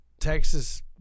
Texas